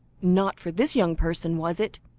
not for this young person, was it?